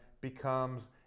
becomes